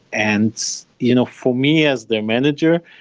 and you know for me as their manager,